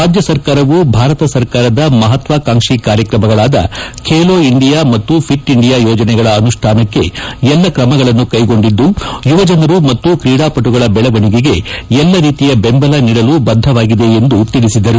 ರಾಜ್ಯ ಸರ್ಕಾರವು ಭಾರತ ಸರ್ಕಾರದ ಮಹಾತ್ವಾಕಾಂಕ್ಷಿ ಕಾರ್ಯಕ್ರಮಗಳಾದ ಖೇಲೋ ಇಂಡಿಯಾ ಮತ್ತು ಫಿಟ್ ಇಂಡಿಯಾ ಯೋಜನೆಗಳ ಅನುಷ್ಟಾನಕ್ಕೆ ಎಲ್ಲಾ ಕ್ರಮಗಳನ್ನು ಕೈಗೊಂಡಿದ್ದು ಯುವಜನರ ಮತ್ತು ಕ್ರೀಡಾಪಟುಗಳ ಬೆಳವಣಿಗೆಗೆ ಎಲ್ಲಾ ರೀತಿಯ ಬೆಂಬಲ ನೀಡಲು ಬದ್ದವಾಗಿದೆ ಎಂದು ತಿಳಿಸಿದರು